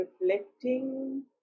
reflecting